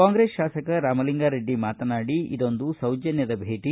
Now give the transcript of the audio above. ಕಾಂಗ್ರೆಸ್ ಶಾಸಕ ರಾಮಲಿಂಗಾರೆಡ್ಡಿ ಮಾತನಾಡಿ ಇದೊಂದು ಸೌಜನ್ಯದ ಭೇಟಿ